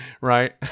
right